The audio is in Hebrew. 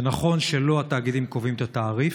זה נכון שלא התאגידים קובעים את התעריף,